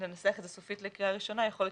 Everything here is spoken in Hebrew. זה סופית לקריאה ראשונה יכול להיות